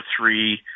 three